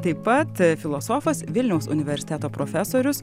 taip pat filosofas vilniaus universiteto profesorius